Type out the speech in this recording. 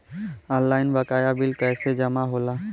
Online बकाया bill कैसे जमा होला?